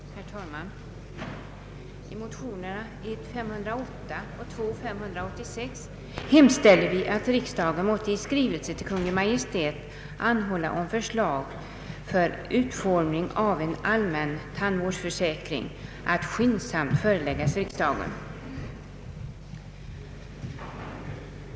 Herr talman! I motionerna 1: 508 och 11: 586 hemställer vi att riksdagen måtte i skrivelse till Kungl. Maj:t anhålla om förslag till utformning av en allmän tandvårdsförsäkring att skyndsamt föreläggas riksdagen.